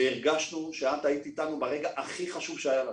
והרגשנו שאת היית אתנו ברגע הכי חשוב שלנו,